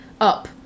Up